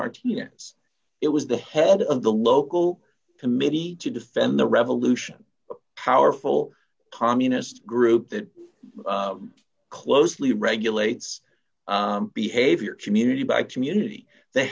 martinez it was the head of the local committee to defend the revolution powerful communist group that closely regulates behavior community by community the